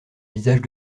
visage